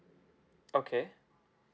okay